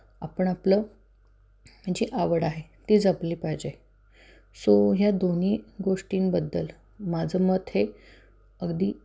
आपण आपली जी आवड आहे ती जपली पाहिजे सो ह्या दोन्ही गोष्टींबद्दल माझं मत हे अगदी